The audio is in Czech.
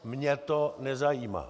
Mě to nezajímá!